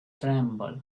tremble